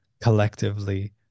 collectively